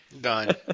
Done